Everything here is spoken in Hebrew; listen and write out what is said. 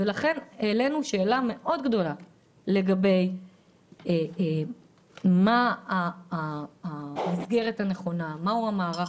העלנו שאלה לגבי מה מסגרת הנכונה, מהו המערך